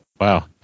wow